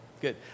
Good